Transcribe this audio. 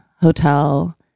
hotel